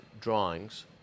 drawings